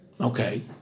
Okay